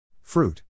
Fruit